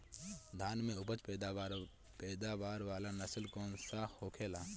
धान में उच्च पैदावार वाला नस्ल कौन सा होखेला?